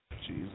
Jesus